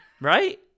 Right